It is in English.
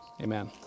Amen